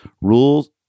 rules